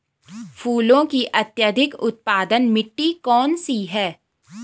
फूलों की अत्यधिक उत्पादन मिट्टी कौन सी है?